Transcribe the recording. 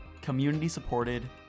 community-supported